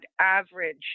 average